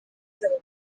zabo